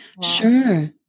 Sure